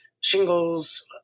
shingles